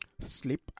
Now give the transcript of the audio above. sleep